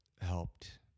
helped